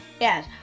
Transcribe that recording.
Yes